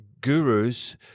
Gurus